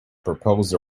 proposed